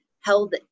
held